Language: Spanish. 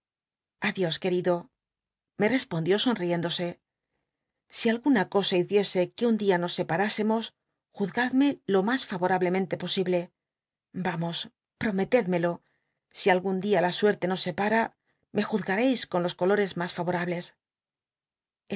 adios querido me respondió sonriéndose si alguna cosa hiciese que un día nos separásemos juzgad me lo mas favorablemente posible vamos l i'ometédmelo si algun dia la suerte nos separa me juzgareis con los colores mas favorables